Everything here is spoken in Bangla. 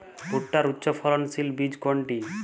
ভূট্টার উচ্চফলনশীল বীজ কোনটি?